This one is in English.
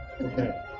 Okay